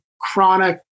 chronic